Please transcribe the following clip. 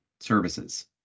services